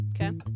Okay